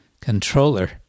Controller